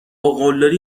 قلدری